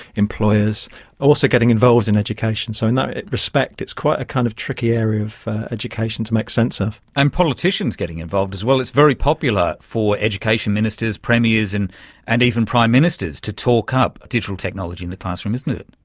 employers also getting involved in education. so in that respect it's quite a kind of tricky area of education to make sense of. and politicians getting involved as well. it's very popular for education ministers, premiers and even prime ministers to talk up digital technology in the classroom, isn't it.